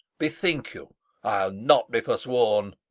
bethink you, i'll not be forsworn.